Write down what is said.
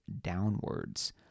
downwards